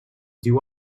diu